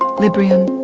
ah librium,